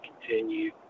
continue